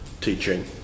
teaching